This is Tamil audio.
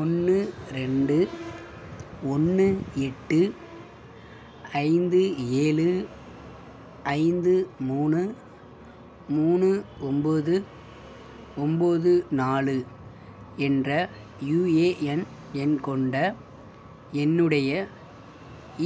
ஒன்று ரெண்டு ஒன்று எட்டு ஐந்து ஏழு ஐந்து மூணு மூணு ஒம்போது ஒம்போது நாலு என்ற யுஏஎன் எண் கொண்ட என்னுடைய